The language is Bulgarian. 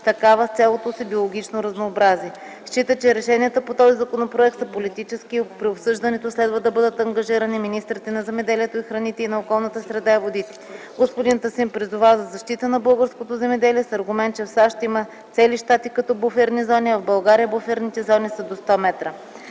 такава с цялото си биологично разнообразие. Счита, че решенията по този законопроект са политически и при обсъждането следва да бъдат ангажирани министрите на земеделието и храните и на околната среда и водите. Господин Тасим призова за защита на българското земеделие с аргумент, че в САЩ има цели щати като буферни зони, а в България буферните зони са до 100 м.